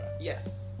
Yes